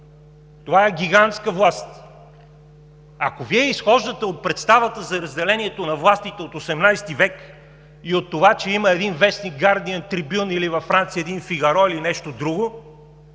Това е гигантска власт. Ако Вие изхождате от представата за разделението на властите от ХVIII век и от това, че има вестници „Гардиън“, „Трибюн“ или във Франция един „Фигаро“ или нещо друго,